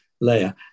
layer